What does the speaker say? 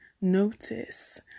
notice